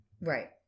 Right